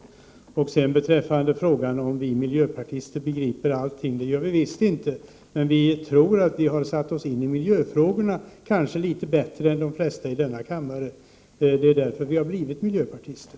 Vi från miljöpartiet begriper naturligtvis inte allting. Vi tror dock att vi har satt oss in i miljöfrågorna kanske litet bättre än de flesta i denna kammare. Det är därför vi har blivit miljöpartister.